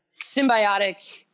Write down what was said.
symbiotic